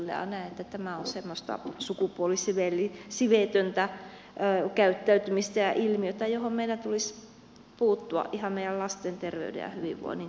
näen että tämä on semmoista sukupuolisiveetöntä käyttäytymistä ja ilmiötä johon meillä tulisi puuttua ihan meidän lasten terveyden ja hyvinvoinnin tähden